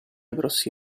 grossi